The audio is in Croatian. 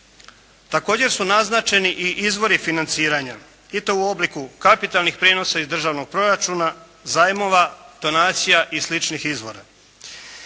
Također su naznačeni i izvori financiranja i to u obliku kapitalnih prijenosa iz državnog proračuna, zajmova, donacija i sličnih izvora.